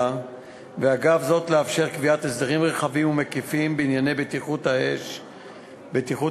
ואגב זאת לאפשר קביעת הסדרים רחבים ומקיפים בענייני בטיחות האש וההצלה.